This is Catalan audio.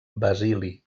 basili